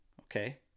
okay